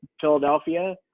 Philadelphia